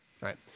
right